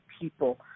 people